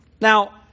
Now